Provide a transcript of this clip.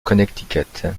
connecticut